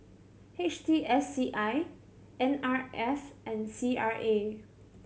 H T S C I N R F and C R A